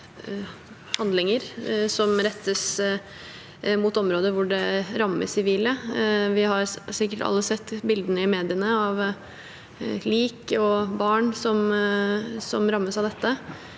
handlinger som rettes mot områder hvor det rammer sivile. Vi har sikkert alle sett bildene i mediene av lik og barn som rammes av dette.